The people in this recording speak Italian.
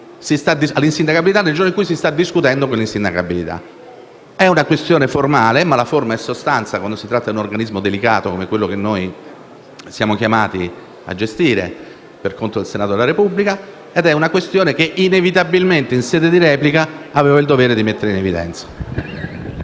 all'insindacabilità nel giorno stesso in cui se ne sta discutendo. È una questione formale, ma la forma è sostanza quando si tratta di un organismo delicato come quello che noi siamo chiamati a gestire per conto del Senato della Repubblica. Ed è una questione che inevitabilmente, in sede di replica, avevo il dovere di mettere in evidenza.